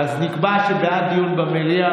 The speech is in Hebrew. אז נקבע שבעד דיון במליאה.